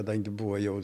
kadangi buvo jau